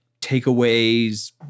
takeaways